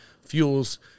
fuels